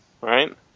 right